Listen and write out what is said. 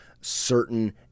certain